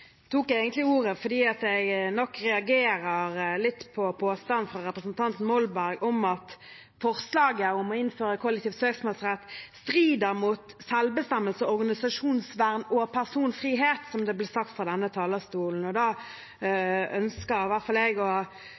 Jeg tok egentlig ordet fordi jeg nok reagerer litt på påstanden fra representanten Molberg om at forslaget om å innføre kollektiv søksmålsrett strider mot «selvbestemmelse, organisasjonsfrihet og personvern», som det ble sagt fra denne talerstol. Da ønsker i hvert fall jeg